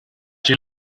she